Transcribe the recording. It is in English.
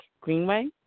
Greenway